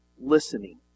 Listening